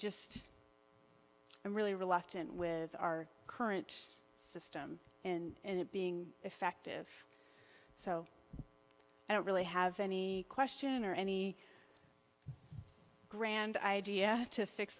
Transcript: just i'm really reluctant with our current system and it being effective so i don't really have any question or any grand idea to fix